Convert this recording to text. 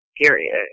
period